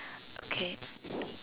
okay